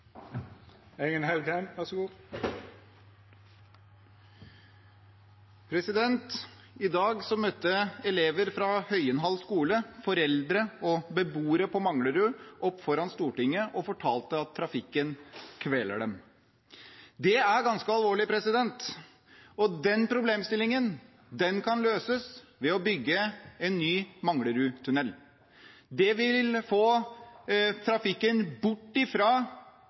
fra Høyenhall skole og beboere på Manglerud opp foran Stortinget og fortalte at trafikken kveler dem. Det er ganske alvorlig. Den problemstillingen kan løses ved å bygge en ny Manglerudtunnel. Det vil få trafikken bort